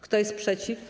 Kto jest przeciw?